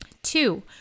Two